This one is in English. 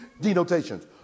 denotations